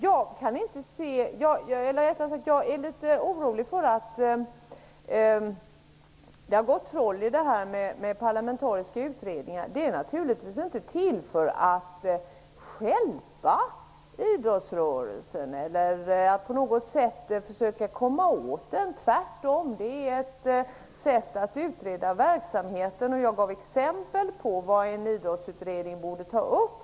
Jag är litet orolig för att det har gått troll i parlamentariska utredningar. De är naturligtvis inte till för att stjälpa idrottsrörelsen eller att på något sätt försöka komma åt den. Det är tvärtom ett sätt att utreda verksamheten. Jag gav exempel på vad en idrottsutredning borde ta upp.